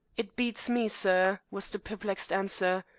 it beats me, sir, was the perplexed answer.